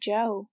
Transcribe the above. Joe